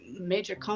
major